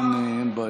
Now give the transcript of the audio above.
אין בעיה.